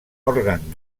òrgan